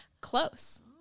close